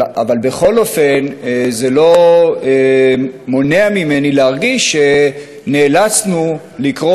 אבל בכל אופן זה לא מונע ממני להרגיש שנאלצנו לקרוא